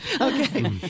Okay